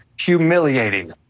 humiliating